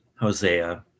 Hosea